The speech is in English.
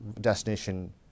destination